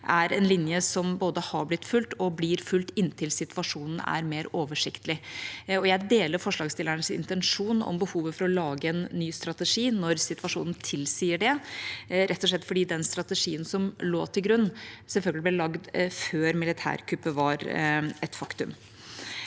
er en linje som både har blitt fulgt og blir fulgt inntil situasjonen er mer oversiktlig. Jeg deler forslagsstillernes intensjon om behovet for å lage en ny strategi når situasjonen tilsier det, rett og slett fordi den strategien som lå til grunn, ble laget før militærkuppet var et faktum.